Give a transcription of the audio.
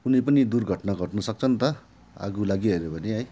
कुनै पनि दुर्घटना घट्नु सक्छन् त आगो लागिहाल्यो भने है